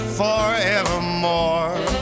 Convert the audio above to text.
forevermore